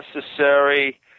necessary